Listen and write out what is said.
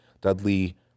Dudley